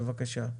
בבקשה.